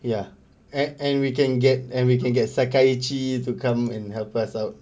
ya and and we can get and we can get sekaiichi to come and help us out